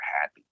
happy